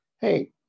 hey